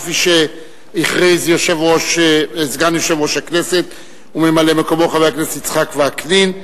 כפי שהכריז סגן יושב-ראש הכנסת וממלא-מקומו חבר הכנסת יצחק וקנין,